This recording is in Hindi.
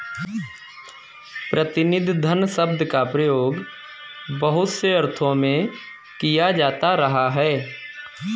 प्रतिनिधि धन शब्द का प्रयोग बहुत से अर्थों में किया जाता रहा है